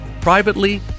privately